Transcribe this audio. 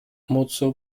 mutsu